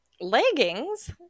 Leggings